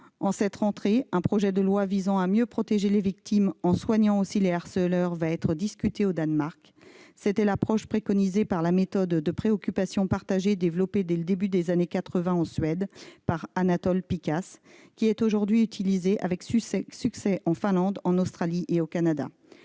En cette rentrée, un projet de loi visant à mieux protéger les victimes, en soignant aussi les harceleurs, va être discuté au Danemark. Cette approche était préconisée par la méthode de la « préoccupation partagée », développée dès le début des années 1980 en Suède par Anatol Pikas ; elle est aujourd'hui utilisée avec succès en Finlande, en Australie et au Canada.